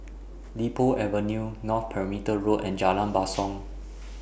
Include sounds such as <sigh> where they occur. Li Po Avenue North Perimeter Road and Jalan Basong <noise>